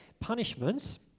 punishments